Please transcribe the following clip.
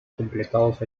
completados